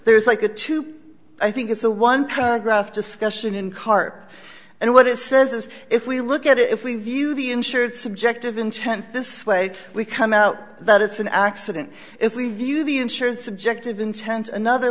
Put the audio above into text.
there's like a tube i think it's a one paragraph discussion in cart and what it says is if we look at it if we view the insured subjective intent this way we can now that it's an accident if we view the insurance subjective intent another